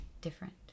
different